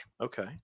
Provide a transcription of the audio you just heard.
Okay